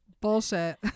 bullshit